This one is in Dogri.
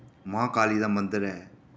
मां काली दा मंदर ऐ